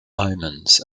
omens